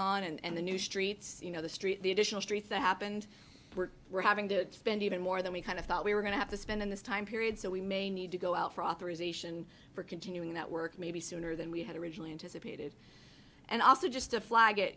on and the new streets you know the street the additional streets that happened we're having to spend even more than we kind of thought we were going to have to spend in this time period so we may need to go out for authorization for continuing that work maybe sooner than we had originally anticipated and also just to flag it